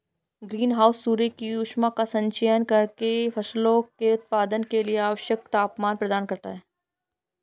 green house सूर्य की ऊष्मा का संचयन करके फसलों के उत्पादन के लिए आवश्यक तापमान प्रदान करता है